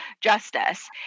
justice